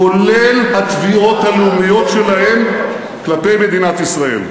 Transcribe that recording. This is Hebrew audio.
כולל התביעות הלאומיות שלהם כלפי מדינת ישראל.